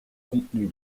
contenue